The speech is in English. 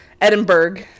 Edinburgh